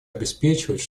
обеспечивать